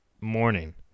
morning